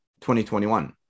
2021